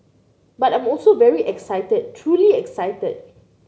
but I'm also very excited truly excited